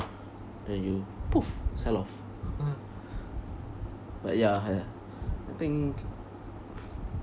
and you poof sell off but ya ha ya I think